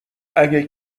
اگه